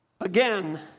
Again